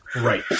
Right